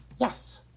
Yes